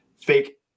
fake